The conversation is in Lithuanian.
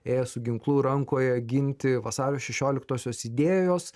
ėjo su ginklu rankoje ginti vasario šešioliktosios idėjos